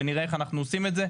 ונראה איך אנחנו עושים את זה?